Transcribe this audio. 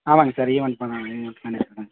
ஆமாங்க sir event பண்ண event பண்ணிட்டுருக்கோம் சார்